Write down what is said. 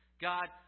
God